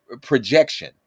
projection